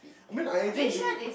I mean I enjoy doing